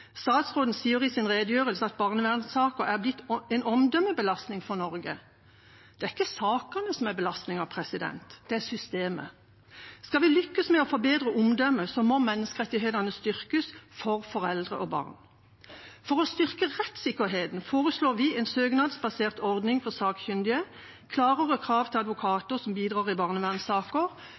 Statsråden sier i sin redegjørelse at barnevernssaker er blitt en omdømmebelastning for Norge. Det er ikke sakene som er belastningen, det er systemet. Skal vi lykkes med å forbedre omdømmet, må menneskerettighetene styrkes for foreldre og barn. For å styrke rettssikkerheten foreslår vi en søknadsbasert ordning for sakkyndige, klarere krav til advokater som bidrar i